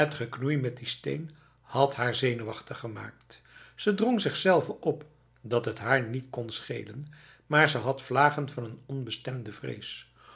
had haar zenuwachtig gemaakt ze drong zichzelve op dat het haar niet kon schelen maar ze had vlagen van een onbestemde vrees